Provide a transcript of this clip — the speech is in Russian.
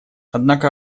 однако